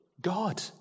God